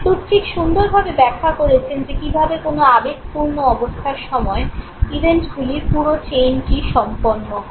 Plutchik সুন্দরভাবে ব্যাখ্যা করেছেন যে কীভাবে কোনও আবেগপূর্ণ অবস্থার সময় ইভেন্টগুলির পুরো চেইনটি সম্পন্ন হয়